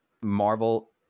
Marvel